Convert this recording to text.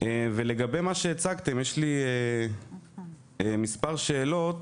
לגבי מה שהצגתם, יש לי מספר שאלות.